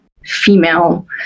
female